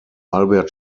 albert